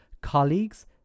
colleagues